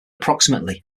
approximately